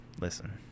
listen